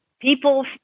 people